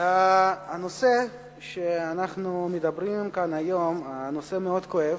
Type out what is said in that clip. הנושא שאנחנו מדברים עליו היום הוא מאוד כואב.